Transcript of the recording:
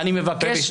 אני מבקש,